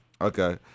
Okay